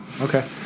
okay